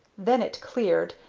then it cleared,